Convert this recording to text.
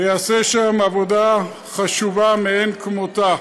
ויעשה שם עבודה חשובה מאין כמותה.